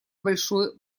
большой